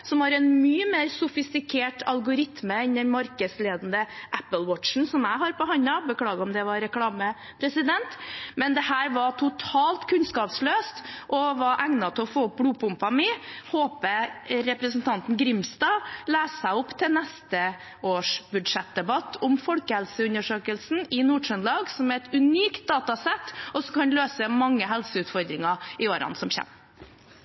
som har en mye mer sofistikert algoritme enn den markedsledende Apple Watch som jeg har på hånden – beklager, om det var reklame. Men dette var totalt kunnskapsløst og var egnet til å få opp blodpumpen min. Jeg håper representanten Grimstad leser seg opp til neste års budsjettdebatt om folkehelseundersøkelsen i Nord-Trøndelag, som er et unikt datasett, og som kan løse mange helseutfordringer i årene som